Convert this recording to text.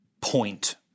point